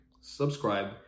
subscribe